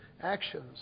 actions